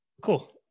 Cool